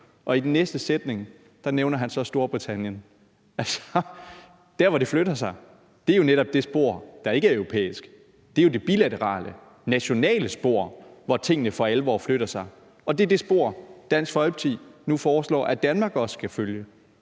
og i den næste sætning nævner han så Storbritannien. Altså, der, hvor det flytter sig, er jo netop med det spor, der ikke er europæisk; det er jo det bilaterale nationale spor, hvor tingene for alvor flytter sig, og det er det spor, Dansk Folkeparti nu foreslår at Danmark også skal følge.